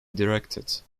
directed